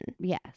Yes